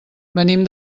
venim